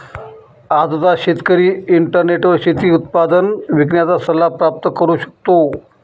आजचा शेतकरी इंटरनेटवर शेती उत्पादन विकण्याचा सल्ला प्राप्त करू शकतो